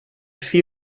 fit